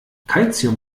calcium